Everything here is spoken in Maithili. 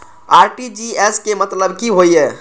आर.टी.जी.एस के मतलब की होय ये?